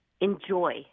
enjoy